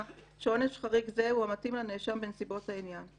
שעונש חריג זה הוא המתאים לנאשם בנסיבות העניין.